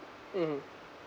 mmhmm